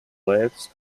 legs